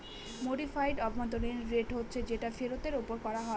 modified অভ্যন্তরীন rate হচ্ছে যেটা ফেরতের ওপর করা হয়